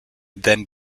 then